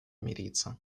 мириться